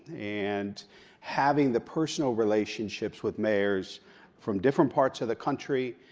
and having the personal relationships with mayors from different parts of the country,